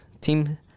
Team